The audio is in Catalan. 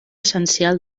essencial